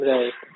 Right